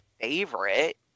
favorite